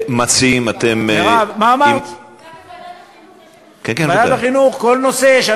גם בוועדת החינוך יש, כל נושא.